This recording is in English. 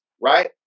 right